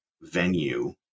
venue